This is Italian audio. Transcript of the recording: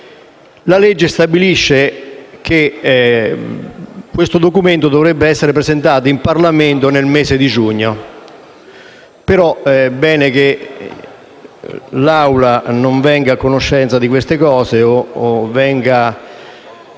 La legge stabilisce che tale documento dovrebbe essere presentato in Parlamento nel mese di giugno però è bene che l'Assemblea non venga a conoscenza di queste cose o ne venga